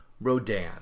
Rodan